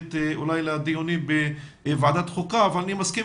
רלוונטית לדיונים בוועדת החוקה אבל אני מסכים